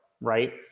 right